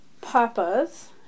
papas